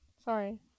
Sorry